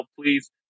please